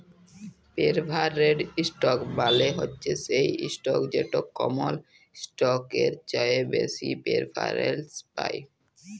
perforated stock মালে হছে সেই ইসটক যেট কমল ইসটকের চাঁঁয়ে বেশি পেরফারেলস পায়